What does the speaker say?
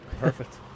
Perfect